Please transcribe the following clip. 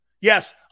Yes